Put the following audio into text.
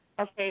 Okay